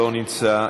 לא נמצא,